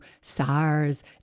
SARS